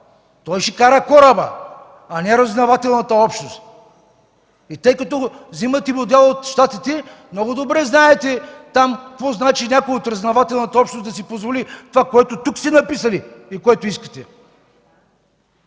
Той ще кара кораба, а не разузнавателната общност. И тъй като взимате модел от Щатите, много добре знаете какво означава там някой от разузнавателната общност да си позволи това, което тук сте направили и което искате.